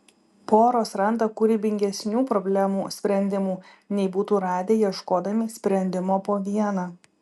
poros randa kūrybingesnių problemų sprendimų nei būtų radę ieškodami sprendimo po vieną